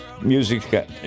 music